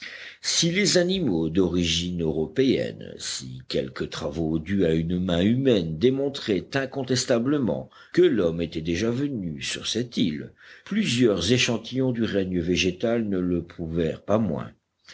si les animaux d'origine européenne si quelques travaux dus à une main humaine démontraient incontestablement que l'homme était déjà venu sur cette île plusieurs échantillons du règne végétal ne le prouvèrent pas moins